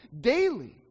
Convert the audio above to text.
daily